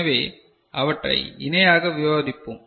எனவே அவற்றை இணையாக விவாதிப்போம்